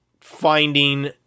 finding